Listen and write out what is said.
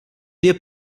dia